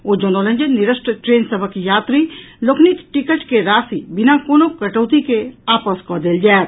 ओ जनौलनि जे निरस्त ट्रेन सभक यात्री लोकनिक टिकट के राशि बिना कोनो कटौती के आपस कऽ देल जायत